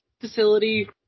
facility